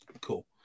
Cool